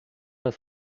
das